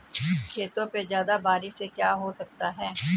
खेतों पे ज्यादा बारिश से क्या हो सकता है?